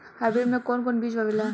Hybrid में कोवन कोवन बीज आवेला?